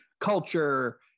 culture